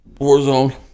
Warzone